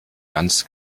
ganz